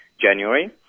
January